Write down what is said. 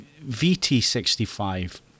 VT65